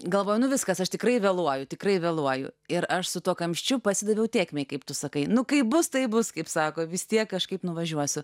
galvoju nu viskas aš tikrai vėluoju tikrai vėluoju ir aš su tuo kamščiu pasidaviau tėkmei kaip tu sakai nu kaip bus taip bus kaip sako vis tiek kažkaip nuvažiuosiu